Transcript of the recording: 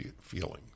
feelings